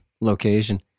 Location